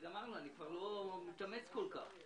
גמרנו, אני כבר לא מתאמץ כל כך.